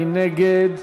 מי נגד?